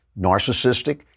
narcissistic